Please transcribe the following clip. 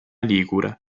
ligure